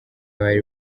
bari